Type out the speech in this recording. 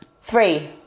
Three